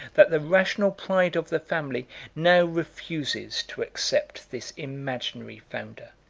that the rational pride of the family now refuses to accept this imaginary founder.